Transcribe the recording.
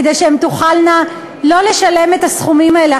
כדי שהן תוכלנה לא לשלם את הסכומים האלה.